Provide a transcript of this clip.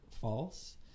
false